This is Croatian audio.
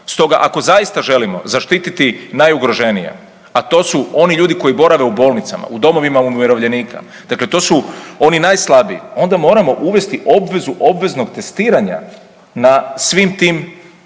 Stoga ako zaista želimo zaštititi najugroženije, a to su oni ljudi koji borave u bolnicama, u domovima umirovljenika, dakle to su oni najslabiji, onda moramo uvesti obvezu obveznog testiranja na svim tim punktovima